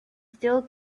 still